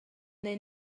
neu